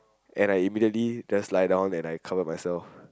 and I immediately just lie down and I cover myself